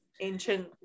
ancient